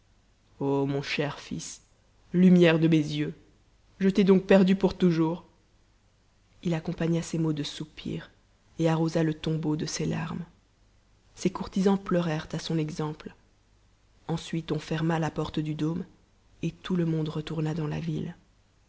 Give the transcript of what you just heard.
mon cher fils lumière de mes yeux je t'ai donc perdu pour toujours a il accompagna ces mots de soupirs et arrosa ie tombeau de ses larmes ses courtisans pleurèrent à son exemple ensuite on ferma la porte du dôme et tout le monde retourna dans la ville